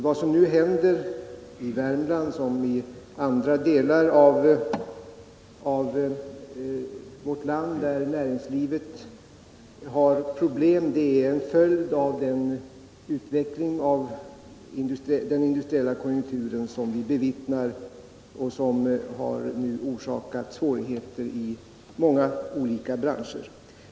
Vad som nu händer i Värmland liksom i andra delar av vårt land där näringslivet har problem är en följd av den utveckling av den industriella konjunkturen som vi bevittnar och som har orsakat svårigheter i många olika branscher.